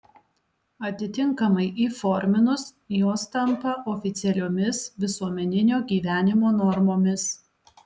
atitinkamai įforminus jos tampa oficialiomis visuomeninio gyvenimo normomis